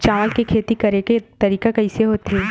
चावल के खेती करेके तरीका कइसे होथे?